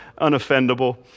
unoffendable